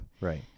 Right